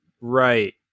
right